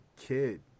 kid